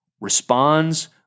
responds